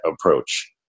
approach